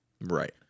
Right